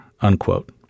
unquote